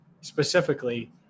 specifically